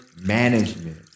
management